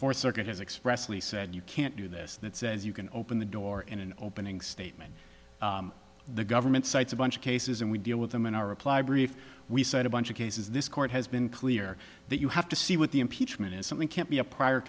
fourth circuit has expressly said you can't do this that says you can open the door in an opening statement the government cites a bunch of cases and we deal with them in our reply brief we set a bunch of cases this court has been clear that you have to see what the impeachment is something can't be a prior